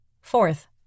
Fourth